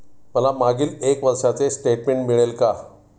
मला मागील एक वर्षाचे स्टेटमेंट मिळेल का?